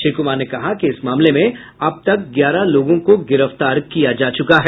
श्री कुमार ने कहा कि इस मामले में अब तक ग्यारह लोगों को गिरफ्तार किया जा चुका है